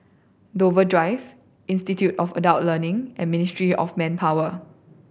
Dover Drive Institute of Adult Learning and Ministry of Manpower